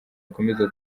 akomeza